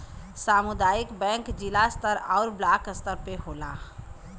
सामुदायिक बैंक जिला स्तर आउर ब्लाक स्तर पे होला